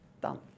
done